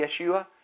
Yeshua